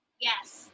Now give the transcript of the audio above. Yes